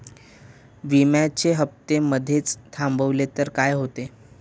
विम्याचे हफ्ते मधेच थांबवले तर काय होते?